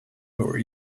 our